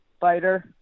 fighter